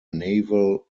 naval